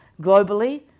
globally